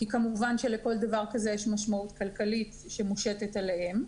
כי כמובן שלכל דבר כזה יש משמעות כלכלית שמושתת עליהם,